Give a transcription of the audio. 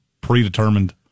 predetermined